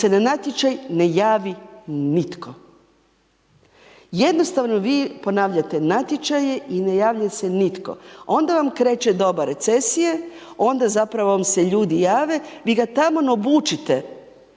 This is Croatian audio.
da vam se na natječaj ne javi nitko. Jednostavno vi ponavljate natječaje i ne javlja se nitko, onda vam kreće doba recesije, onda zapravo vam se ljudi jave, vi ga tamo obučite